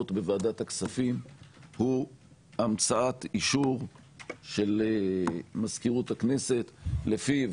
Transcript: בוועדת הכספים הוא המצאת אישור של מזכירות הכנסת לפיו